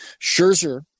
Scherzer